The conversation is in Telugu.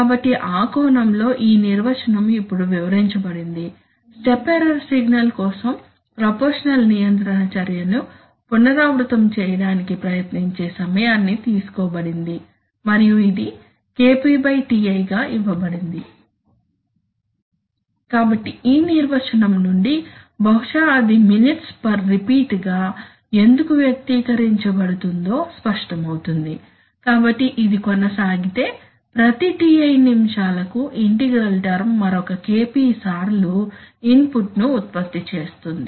కాబట్టి ఆ కోణంలో ఈ నిర్వచనం ఇప్పుడు వివరించబడింది స్టెప్ ఎర్రర్ సిగ్నల్ కోసం ప్రపోర్షషనల్ నియంత్రణ చర్యను పునరావృతం చేయడానికి ప్రయత్నించే సమయాన్ని తీసుకోబడింది మరియు ఇది Kp Ti గా ఇవ్వబడింది కాబట్టి ఈ నిర్వచనం నుండి బహుశా అది మినిట్స్ పర్ రిపీట్ గా ఎందుకు వ్యక్తీకరించబడుతుందో స్పష్టమవుతుంది కాబట్టి ఇది కొనసాగితే ప్రతి Ti నిమిషాలకు ఇంటిగ్రల్ టర్మ్ మరొక Kp సార్లు ఇన్పుట్ను ఉత్పత్తి చేస్తుంది